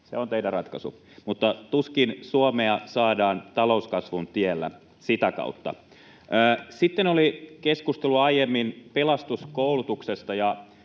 se on teidän ratkaisunne. Mutta tuskin Suomea saadaan talouskasvun tielle sitä kautta. Aiemmin oli keskustelua pelastuskoulutuksesta.